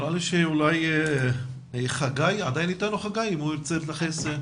אולי חגי ירצה להתייחס.